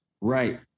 Right